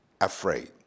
afraid